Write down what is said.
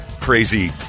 crazy